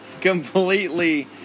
Completely